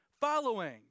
following